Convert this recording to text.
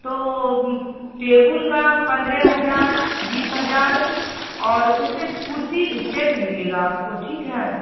तो टेबुल का पंद्रह हज़ार बीस हज़ार और उसमें कुर्सी सेट मिलेगा आपको ठीक है